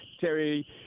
Terry